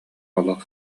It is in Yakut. олох